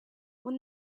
when